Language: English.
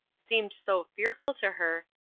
seemed so fearful to her,